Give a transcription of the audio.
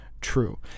true